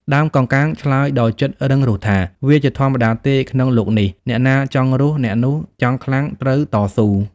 ដើមកោងកាងឆ្លើយដោយចិត្តរឹងរូសថា៖ "វាជាធម្មតាទេក្នុងលោកនេះ! អ្នកណាចង់រស់ អ្នកណាចង់ខ្លាំង ត្រូវតស៊ូ។